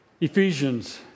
Ephesians